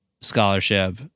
scholarship